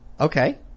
Okay